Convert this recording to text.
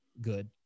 good